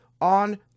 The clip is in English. on